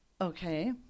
Okay